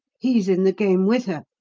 he's in the game with her!